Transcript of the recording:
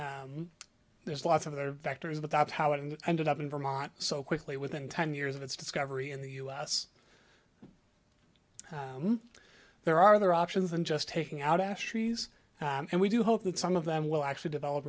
there's lots of other factors but that's how it ended up in vermont so quickly within ten years of its discovery in the u s so there are other options than just taking out ash trees and we do hope that some of them will actually develop